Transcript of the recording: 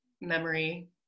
memory